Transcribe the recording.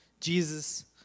Jesus